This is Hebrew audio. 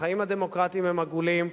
החיים הדמוקרטיים הם עגולים,